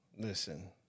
Listen